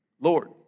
Lord